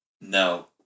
No